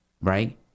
right